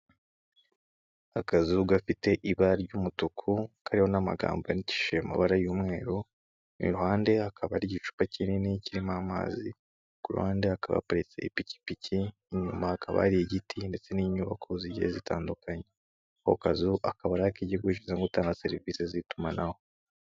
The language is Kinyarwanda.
Akazu gafite ibara ry'umutuku kariho n'amagambo ananikishije amabara y'umweru mu iruhande akaba ari igicupa kinini kirimo amazi ku ruhande akabaparitse ipikipiki, inyuma hakaba ari igiti ndetse n'inyubako zigiye zitandukanye a ho kazu akaba arik' igihugu kishin gutanga serivisi z'itumanaho.